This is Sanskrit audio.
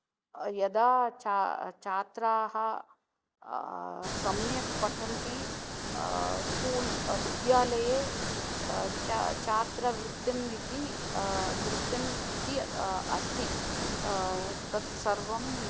यदा च छात्राः सम्यक् पठन्ति स्कूल् विद्यालये च छात्रवृत्तिम् इति वृत्तिम् इति अस्ति तत् तत् सर्वं